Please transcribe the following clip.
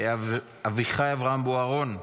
אביחי אברהם בוארון.